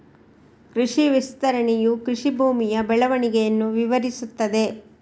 ಕೃಷಿ ವಿಸ್ತರಣೆಯು ಕೃಷಿ ಭೂಮಿಯ ಬೆಳವಣಿಗೆಯನ್ನು ವಿವರಿಸುತ್ತದೆ